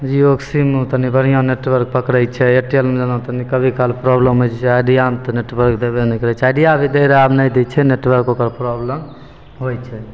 जिओके सिममे तनि बढ़िआँ नेटवर्क पकड़ै छै एयरटेलमे जेना तनि कभी काल प्रॉब्लम होइ छै आइडियामे तऽ नेटवर्क देबे नहि करै छै आइडिया भी देर आब नेटवर्क ओकर प्रॉब्लम होइ छै